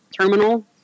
terminal